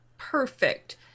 perfect